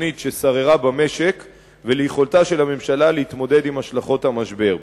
הקיצונית ששררה במשק וליכולתה של הממשלה להתמודד עם השלכות המשבר.